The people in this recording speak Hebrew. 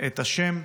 את השם,